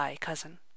cousin